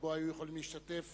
שבו היו יכולים להשתתף